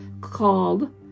called